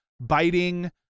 biting